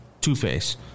Two-Face